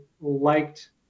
liked